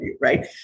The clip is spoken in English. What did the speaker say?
right